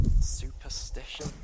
Superstition